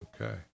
Okay